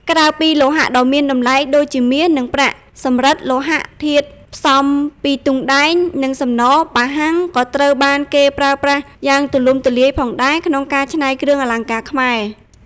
ក្រៅពីលោហៈដ៏មានតម្លៃដូចជាមាស និងប្រាក់ សំរឹទ្ធិ លោហៈធាតុផ្សំពីទង់ដែង និងសំណប៉ាហាំងក៏ត្រូវបានគេប្រើប្រាស់យ៉ាងទូលំទូលាយផងដែរ ក្នុងការច្នៃគ្រឿងអលង្ការខ្មែរ។